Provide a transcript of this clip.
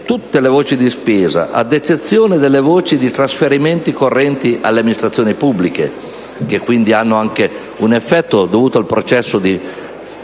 tutte le voci di spesa, ad eccezione delle voci di trasferimenti correnti alle amministrazioni pubbliche, che quindi hanno anche un effetto dovuto al processo di